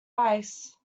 ice